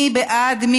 מי בעד?